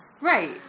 Right